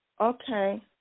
Okay